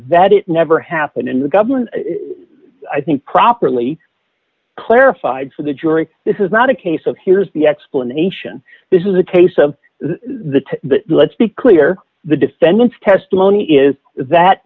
that it never happened in the government i think properly clarified for the jury this is not a case of here's the explanation this is a case of the to the let's be clear the defendant's testimony is that